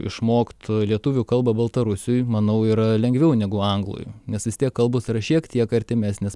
išmokt lietuvių kalbą baltarusiui manau yra lengviau negu anglui nes vis tiek kalbos yra šiek tiek artimesnės